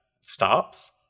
stops